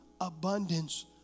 abundance